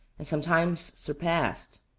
and sometimes surpassed.